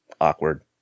awkward